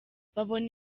babona